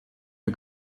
der